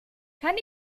kann